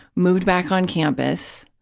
moved back on campus,